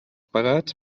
pagats